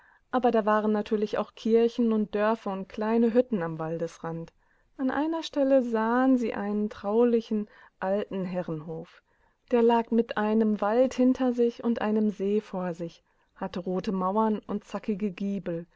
eswarfastalleswaldodergesträuch überdassiehinflogen aberdawaren natürlich auch kirchen und dörfer und kleine hütten am waldesrand an einerstellesahensieeinentraulichenaltenherrenhof derlagdamiteinem wald hinter sich und einem see vor sich hatte rote mauern und zackige giebel